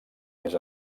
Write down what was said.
més